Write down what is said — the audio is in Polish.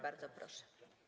Bardzo proszę.